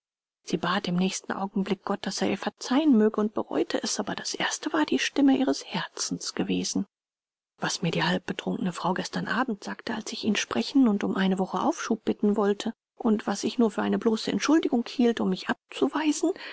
sie bat im nächsten augenblick gott daß er ihr verzeihen möge und bereute es aber das erste war die stimme ihres herzens gewesen was mir die halbbetrunkene frau gestern abend sagte als ich ihn sprechen und um eine woche aufschub bitten wollte und was ich nur für eine bloße entschuldigung hielt um mich abzuweisen